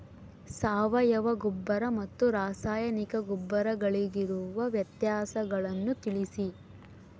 ಸಾವಯವ ಗೊಬ್ಬರ ಮತ್ತು ರಾಸಾಯನಿಕ ಗೊಬ್ಬರಗಳಿಗಿರುವ ವ್ಯತ್ಯಾಸಗಳನ್ನು ತಿಳಿಸಿ?